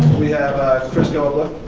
we have chris gobler